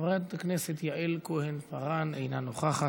חברת הכנסת יעל כהן-פארן, אינה נוכחת,